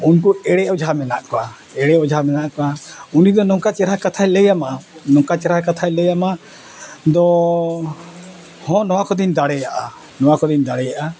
ᱩᱱᱠᱩ ᱮᱲᱮ ᱚᱡᱷᱟ ᱢᱮᱱᱟᱜ ᱠᱚᱣᱟ ᱮᱲᱮ ᱚᱡᱷᱟ ᱢᱮᱱᱟᱜ ᱠᱚᱣᱟ ᱩᱱᱤ ᱫᱚ ᱱᱚᱝᱠᱟ ᱪᱮᱨᱦᱟ ᱠᱟᱛᱷᱟᱭ ᱞᱟᱹᱭ ᱟᱢᱟ ᱱᱚᱝᱠᱟ ᱪᱮᱨᱦᱟ ᱠᱟᱛᱷᱟᱭ ᱞᱟᱹᱭ ᱟᱢᱟ ᱫᱚ ᱦᱚᱸ ᱱᱚᱣᱟ ᱠᱚᱫᱚᱧ ᱫᱟᱲᱮᱭᱟᱜᱼᱟ ᱱᱚᱣᱟ ᱠᱚᱫᱚᱧ ᱫᱟᱲᱮᱭᱟᱜᱼᱟ